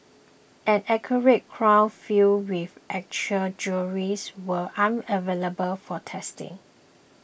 an actual crown filled with actual jewels were unavailable for testing